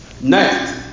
Next